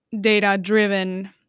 data-driven